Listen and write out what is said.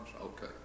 Okay